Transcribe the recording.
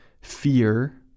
fear